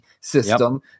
system